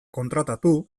kontratatu